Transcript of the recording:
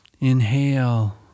Inhale